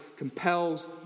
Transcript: compels